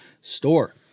store